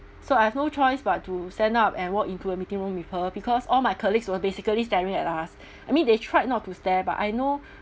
so I have no choice but to stand up and walk into a meeting room with her because all my colleagues were basically staring at us I mean they tried not to stare but I know